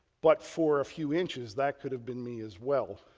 but for a few inches that could have been me as well.